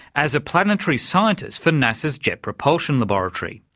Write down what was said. as planetary scientist for nasa's jet propulsion laboratory.